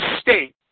State